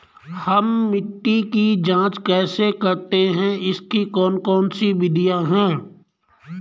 हम मिट्टी की जांच कैसे करते हैं इसकी कौन कौन सी विधियाँ है?